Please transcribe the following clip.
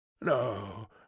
no